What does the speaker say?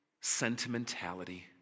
sentimentality